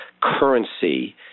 currency